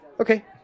Okay